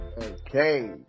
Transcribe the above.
Okay